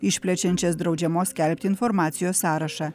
išplečiančias draudžiamos skelbti informacijos sąrašą